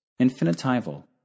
Infinitival